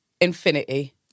Infinity